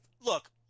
look